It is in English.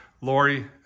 Lori